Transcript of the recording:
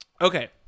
Okay